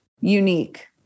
unique